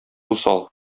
усал